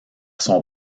son